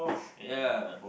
ya